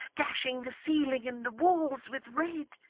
dashing the ceiling and the walls with red?